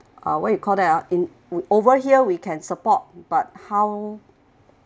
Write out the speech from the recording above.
uh what you called that ah in over here we can support but how